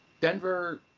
Denver